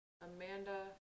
Amanda